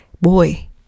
boy